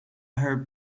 her